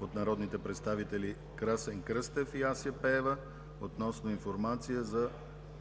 от народните представители Красен Кръстев и Ася Пеева относно информация за